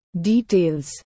details